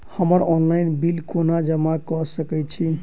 हम्मर online bill कोना जमा कऽ सकय छी?